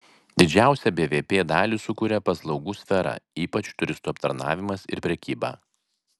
didžiausią bvp dalį sukuria paslaugų sfera ypač turistų aptarnavimas ir prekyba